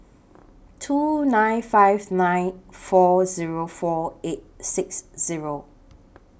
two nine five nine four four eight six